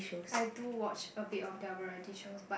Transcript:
I do watch a bit of the variety shows but